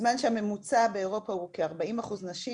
בזמן שהממוצע באירופה הוא כ-40% נשים,